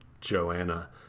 Joanna